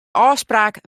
ôfspraak